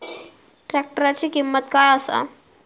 ट्रॅक्टराची किंमत काय आसा?